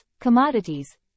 commodities